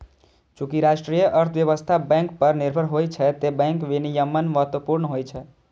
चूंकि राष्ट्रीय अर्थव्यवस्था बैंक पर निर्भर होइ छै, तें बैंक विनियमन महत्वपूर्ण होइ छै